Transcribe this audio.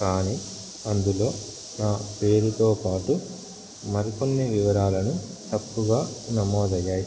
కానీ అందులో నా పేరుతో పాటు మరికొన్ని వివరాలను తప్పుగా నమోదు అయ్యాయి